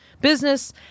business